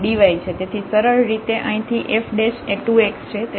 તેથી સરળ રીતે અહીંથી f એ 2 x છે